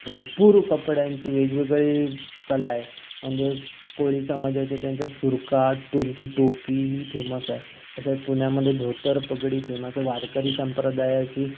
भरपूर कपड्यांची वेगवेगळी कला आहे म्हणजे कोळी समाजाच्या त्यांच्या सुरखा टोनची टोपी ही फेमस आहे तसेच पुण्यामध्ये धोतर पगडी फेमस आहे वारकरी संप्रदायाची